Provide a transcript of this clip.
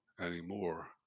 anymore